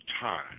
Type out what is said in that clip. time